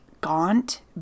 gaunt